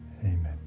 Amen